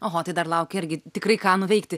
oho tai dar laukia irgi tikrai ką nuveikti